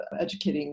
educating